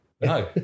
No